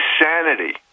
Insanity